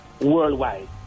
worldwide